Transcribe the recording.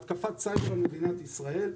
התקפת סייבר על מדינת ישראל,